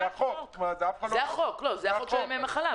זה חוק ימי מחלה.